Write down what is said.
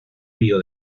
río